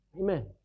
Amen